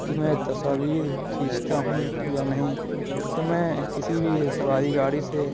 کہ میں تصاویر کھیچتا ہوں یا نہیں تو میں کسی بھی سواری گاڑی سے